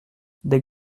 des